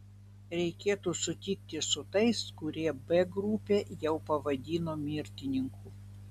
reikėtų sutikti su tais kurie b grupę jau pavadino mirtininkų